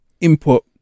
input